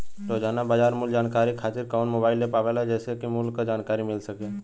रोजाना बाजार मूल्य जानकारी खातीर कवन मोबाइल ऐप आवेला जेसे के मूल्य क जानकारी मिल सके?